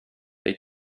they